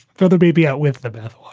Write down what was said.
throw the baby out with the bath,